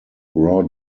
raw